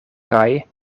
kaj